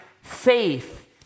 faith